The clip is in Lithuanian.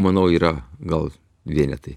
manau yra gal vienetai